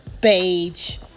beige